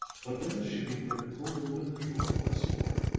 but when the shipping clerk pulled open the drawer once more,